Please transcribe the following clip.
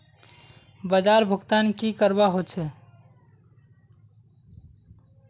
बाजार भुगतान की करवा होचे?